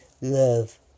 love